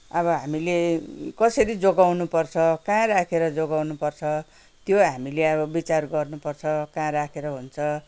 अब हामीले कसरी जोगाउनु पर्छ कहाँ राखेर जोगाउनु पर्छ त्यो हामीले अब विचार गर्नुपर्छ कहाँ राखेर हुन्छ